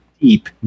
Deep